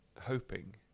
hoping